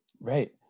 Right